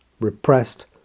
repressed